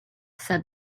said